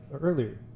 earlier